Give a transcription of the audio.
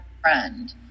friend